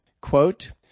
Quote